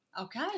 Okay